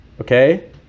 Okay